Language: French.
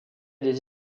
des